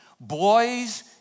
Boys